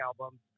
album